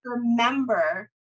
remember